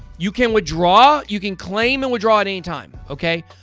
you can withdraw you can claim and withdraw at any time, okay?